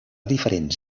diferents